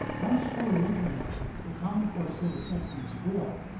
once fully implemented, the common core state assessments will,